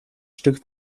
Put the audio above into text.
stück